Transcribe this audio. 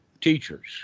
teachers